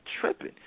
tripping